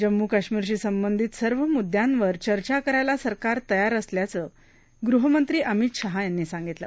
जम्मू कश्मीरशी संबंधित सर्व मुद्यांवर चर्चा करायला सरकार तयार असल्याचं गृहमंत्री अमित शाह यांनी सांगितलं